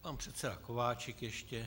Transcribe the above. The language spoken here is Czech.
Pan předseda Kováčik ještě.